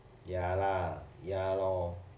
ya lah ya lor